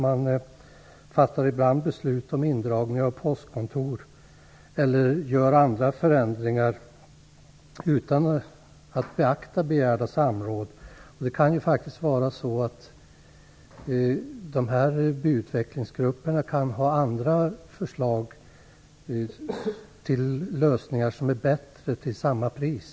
Man fattar ibland beslut om indragning av postkontor eller om andra förändringar utan att beakta att det finns begäran om samråd. Utvecklingsgrupperna kan ju ha andra förslag till lösningar som är bättre och som kan genomföras till samma pris.